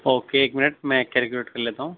او کے ایک منٹ میں کیلکولیٹ کر لیتا ہوں